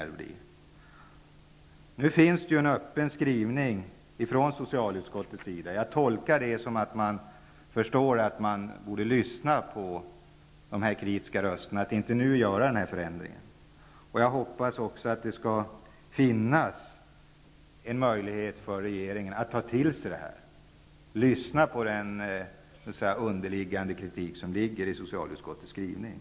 Det finns emellertid en öppen skrivning ifrån socialutskottets sida. Jag tolkar det som att man förstår att man bör lyssna på de kritiska rösterna och inte genomföra den här förändringen. Jag hoppas att det skall finnas en möjlighet för regeringen att ta till sig det här och beakta den underliggande kritik som finns i socialutskottets skrivning.